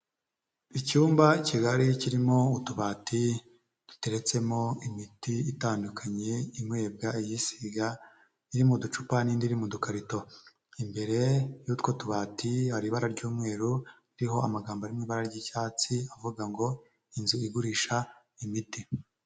Icyumba kigari kirimo utubati duteretsemo imiti itandukanye inywebwa, iyisigwa, iri mu ducupa n'indi iri mudukarito, imbere y'utwo tubati hari ibara ry'umweru ririho amagambo ari mu ibara ry'icyatsi avuga ngo "Inzu igurisha imiti".